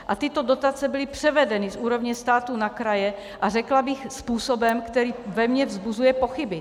A tyto dotace byly převedeny z úrovně státu na kraje a řekla bych způsobem, který ve mně vzbuzuje pochyby.